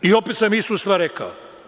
I opet sam istu stvar rekao.